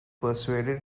persuaded